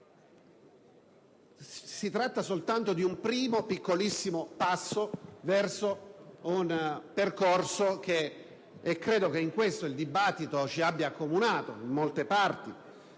si tratta soltanto di un primo piccolissimo passo in un percorso e credo che in questo il dibattito ci abbia accomunato in molte parti.